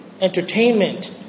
entertainment